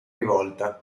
rivolta